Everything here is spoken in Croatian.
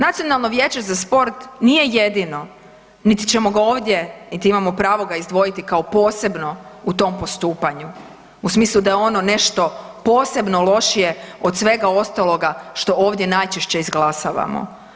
Nacionalno vijeće za sport nije jedino niti ćemo ga ovdje, niti ga imamo pravo izdvojiti ka posebno u tom postupanju u smislu da je ono nešto posebno lošije od svega ostaloga što ovdje najčešće izglasavamo.